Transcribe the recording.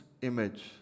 image